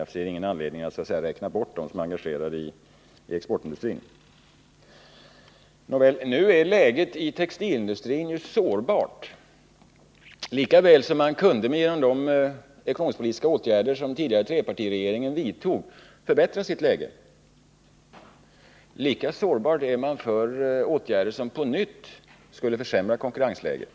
Jag ser alltså ingen anledning att räkna bort dem som är engagerade i exportindustrin. Nu är läget inom textilindustrin sårbart. Lika väl som man genom de ekonomisk-politiska åtgärder som den tidigare trepartiregeringen vidtog kunde förbättra sitt läge, så är man nu sårbar för åtgärder som på nytt skulle kunna försämra konkurrensläget.